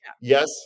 Yes